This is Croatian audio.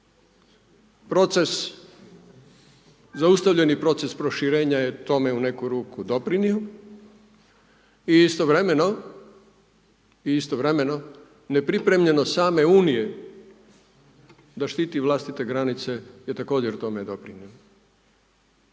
zaustavljeni proces proširenja je tome u neku ruku doprinio i istovremeno i istovremeno nepripremljenost same Unije da štiti vlastite granice je također tome doprinio.